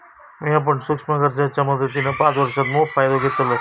मिया पण सूक्ष्म कर्जाच्या मदतीन पाच वर्षांत मोप फायदो घेतलंय